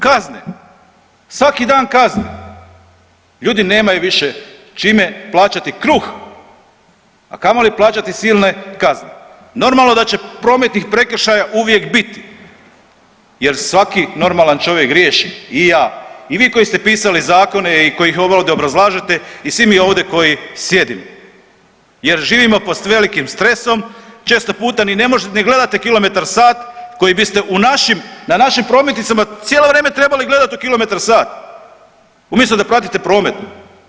Kazne, svaki dan kazne, ljudi nemaju više čime plaćati kruh, a kamoli plaćati silne kazne, normalno da će prometnih prekršaja uvijek biti jer svaki normalan čovjek griješi i ja i vi koji ste pisali zakone i koji ih ovdje obrazlažete i svi mi ovdje koji sjedimo jer živimo pod velikim stresom, često puta ni ne gledate kilometar sat koji biste u našim, na našim prometnicama cijelo vrijeme trebali gledat u kilometar sat umjesto da pratite promet.